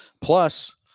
plus